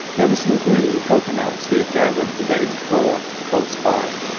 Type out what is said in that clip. there were some green cocoa-nuts he had gathered the day before close by.